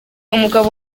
umugabo